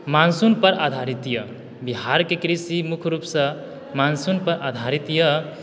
monsoon पर आधारित यऽ बिहार के कृषि मुख्य रूप सऽ मानसून पर आधारित यऽ